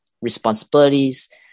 responsibilities